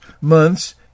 months